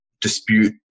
dispute